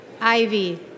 Ivy